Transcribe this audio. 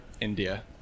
India